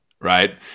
Right